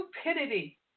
stupidity